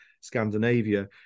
Scandinavia